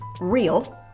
real